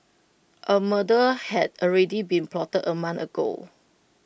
A murder had already been plotted A month ago